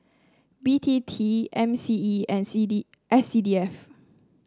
B T T M C E and C D S C D F